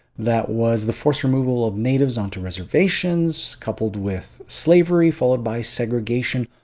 that was the forced removal of natives onto reservations, coupled with slavery, followed by segregation,